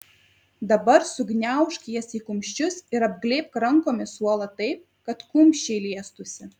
dabar sugniaužk jas į kumščius ir apglėbk rankomis suolą taip kad kumščiai liestųsi